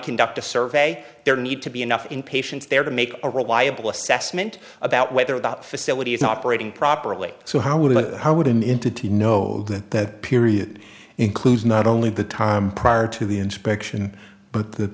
conduct a survey there need to be enough in patients there to make a reliable assessment about whether that facility is operating properly so how would how would an into to know that that period includes not only the time prior to the inspection but the